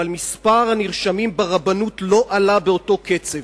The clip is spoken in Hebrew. אבל מספר הנרשמים ברבנות לא גדל באותו קצב.